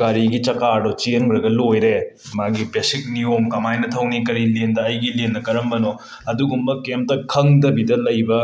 ꯒꯥꯔꯤꯒꯤ ꯆꯀꯥꯔꯗꯣ ꯆꯦꯟꯒ꯭ꯔꯒ ꯂꯣꯏꯔꯦ ꯃꯥꯒꯤ ꯕꯦꯁꯤꯛ ꯅꯤꯌꯣꯝ ꯀꯃꯥꯏꯅ ꯊꯧꯅꯤ ꯀꯔꯤ ꯂꯦꯟꯗ ꯑꯩꯒꯤ ꯂꯦꯟꯅ ꯀꯔꯝꯕꯅꯣ ꯑꯗꯨꯒꯨꯝꯕ ꯀꯦꯝꯇ ꯈꯪꯗꯕꯤꯗ ꯂꯩꯕ